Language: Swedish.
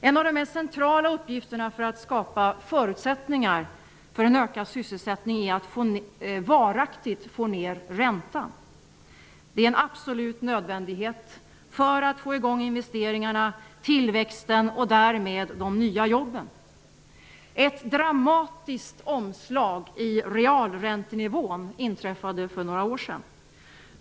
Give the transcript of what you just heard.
En av de mest centrala uppgifterna för att skapa förutsättningar för en ökad sysselsättning är att varaktigt få ned räntan. Det är en absolut nödvändighet för att få i gång investeringarna, tillväxten och därmed de nya jobben. Ett dramatiskt omslag i realräntenivån inträffade för några år sedan.